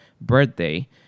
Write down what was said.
birthday